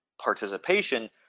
participation